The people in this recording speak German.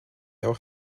auch